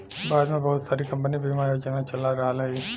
भारत में बहुत सारी कम्पनी बिमा योजना चला रहल हयी